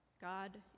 God